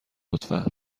لطفا